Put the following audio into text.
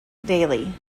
daily